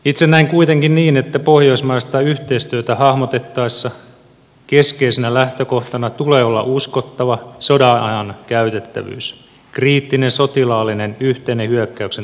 itse näen kuitenkin niin että pohjoismaista yhteistyötä hahmotettaessa keskeisenä lähtökohtana tulee olla uskottava sodanajan käytettävyys kriittinen sotilaallinen yhteinen hyökkäyksen torjunnan suorituskyky